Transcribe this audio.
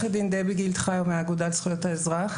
האגודה לזכויות האזרח.